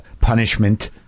punishment